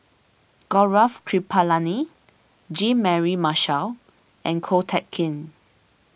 Gaurav Kripalani Jean Mary Marshall and Ko Teck Kin